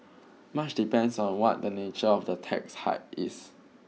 much depends on what the nature of the tax hike is